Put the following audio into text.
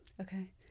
Okay